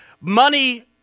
Money